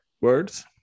words